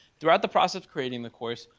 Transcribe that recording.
throughout the process of creating the course,